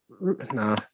Nah